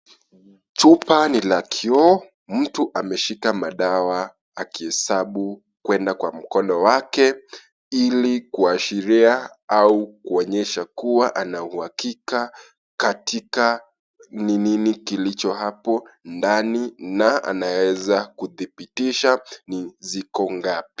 Chupa ni la kioo, mtu ameshika madawa akihesabu kwenda kwa mkono wake ili kuashiria au kuonyesha kuwa ana uhakika katika ni nini kilicho hapo ndani na anaeza kudhibitisha ni ziko ngapi.